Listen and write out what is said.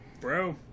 bro